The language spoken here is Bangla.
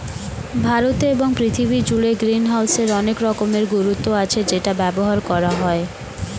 ভারতে এবং পৃথিবী জুড়ে গ্রিনহাউসের অনেক রকমের গুরুত্ব আছে যেটা ব্যবহার করা হয়